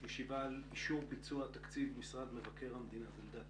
אני פותח את הישיבה על אישור ביצוע התקציב של משרד מבקר המדינה לשנת